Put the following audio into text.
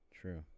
true